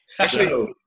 Actually-